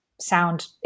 sound